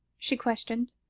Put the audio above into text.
she questioned.